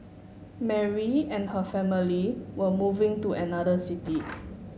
Mary and her family were moving to another city